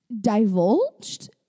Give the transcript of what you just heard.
divulged